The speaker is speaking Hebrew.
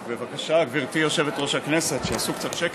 בבקשה, גברתי יושבת-ראש הישיבה, שיעשו קצת שקט.